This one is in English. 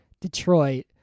Detroit